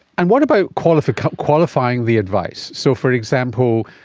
and what about qualifying qualifying the advice? so, for example,